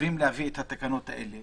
חייבים להביא את התקנות האלה